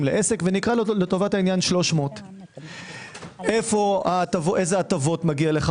לעסק ונקרא לו לטובת העניין 300. איזה הטבות מגיע לך.